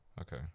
Okay